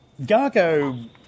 Gargo